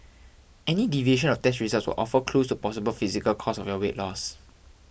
any deviation of test results will offer clues to possible physical causes of your weight loss